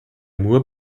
mur